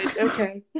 Okay